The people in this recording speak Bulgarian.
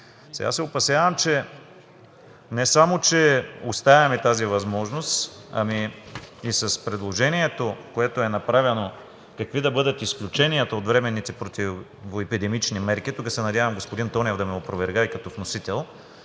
Сега се опасявам не само че оставяме тази възможност, ами и с предложението, което е направено какви да бъдат изключенията от временните противоепидемични мерки – тук се надявам господин Тонев да ме опровергае като вносител